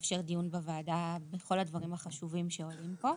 ולאפשר דיון בוועדה בכל הדברים החשובים שעולים פה.